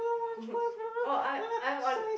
oh I'm I'm on